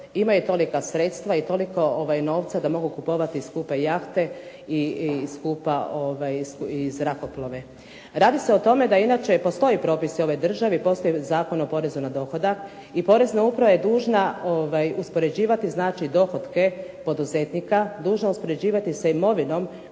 imaju tolika sredstva i toliko novca da mogu kupovati skupe jahte i zrakoplove. Radi se o tome da inače postoje propisi u ovoj državi, postoji Zakon o porezu na dohodak i Porezna uprava je dužna uspoređivati dohotke, dužna je uspoređivati s imovinom